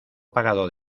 apagado